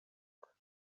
war